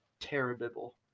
Terrible